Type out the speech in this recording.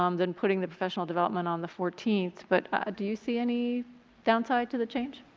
um then putting the professional development on the fourteenth. but ah do you see any down side to the change?